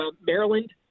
Maryland